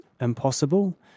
impossible